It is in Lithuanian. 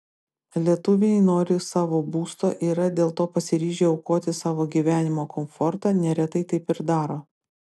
lietuviai nori savo būsto yra dėl to pasiryžę aukoti savo gyvenimo komfortą neretai taip ir daro